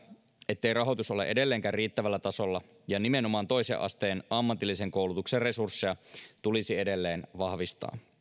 ettei rahoitus ole edelleenkään riittävällä tasolla ja nimenomaan toisen asteen ammatillisen koulutuksen resursseja tulisi edelleen vahvistaa